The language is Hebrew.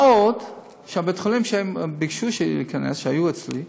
מה עוד שבית-החולים, הם ביקשו להיכנס כשהיו אצלי,